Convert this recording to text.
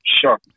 Sure